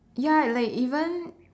ya like even